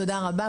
תודה רבה.